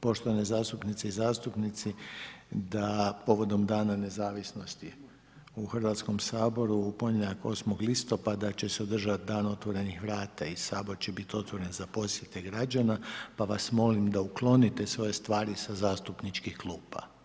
poštovane zastupnice i zastupnici da povodom dana nezavisnosti u Hrvatskom saboru u ponedjeljak 8. listopada će se održat dan otvorenih vrata i Sabor će biti otvoren za posjete građana pa vas molim da uklonite svoje stvari sa zastupničkih klupa.